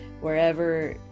wherever